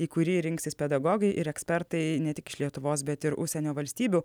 į kurį rinksis pedagogai ir ekspertai ne tik iš lietuvos bet ir užsienio valstybių